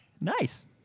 Nice